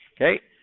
okay